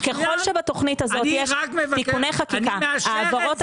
ככל שבתכנית הזאת יש תיקוני חקיקה, העברות